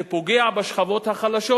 זה פוגע בשכבות החלשות,